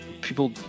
people